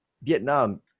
Vietnam